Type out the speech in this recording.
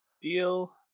deal